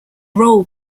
role